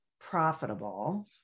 profitable